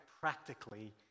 practically